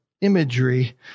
imagery